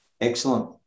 Excellent